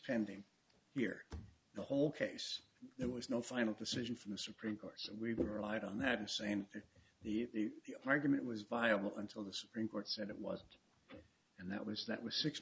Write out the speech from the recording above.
pending here the whole case there was no final decision from the supreme court we will rely on that and same to the argument was viable until the supreme court said it wasn't and that was that was six